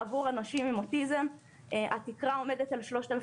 עבור אנשים עם אוטיזם התקרה עומדת על 3,000